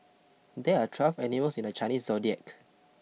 there are twelve animals in the Chinese zodiac